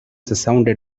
sounded